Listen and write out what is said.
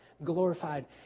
glorified